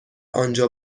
انجا